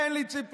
אין לי ציפיות.